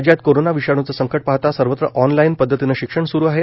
राज्यात कोरोना विषाणूचे संकट पाहता सर्वत्र ऑनलाईन पद्धतीने शिक्षण सुरू आहेत